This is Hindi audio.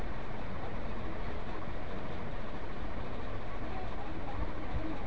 आवास ऋण के लिए ब्याज दर क्या हैं?